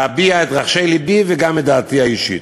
להביע את רחשי לבי וגם את דעתי האישית.